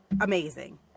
amazing